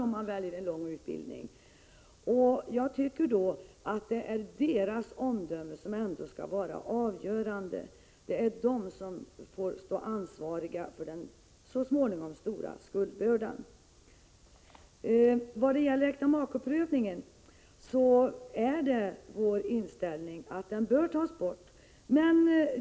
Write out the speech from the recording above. om de väljer en lång utbildning. Det är därför deras eget omdöme är avgörande —- de får själva så småningom stå ansvariga för den stora skuldbördan. Det är vår inställning att äktamakeprövningen bör tas bort.